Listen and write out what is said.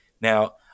Now